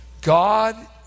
God